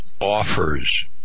offers